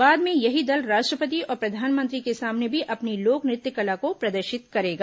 बाद में यही दल राष्ट्रपति और प्रधानमंत्री के सामने भी अपनी लोक नृत्य कला को प्रदर्शित करेगा